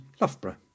Loughborough